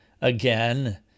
Again